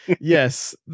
yes